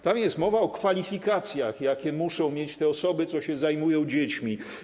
Tam jest mowa o kwalifikacjach, jakie muszą mieć te osoby, które się zajmują dziećmi.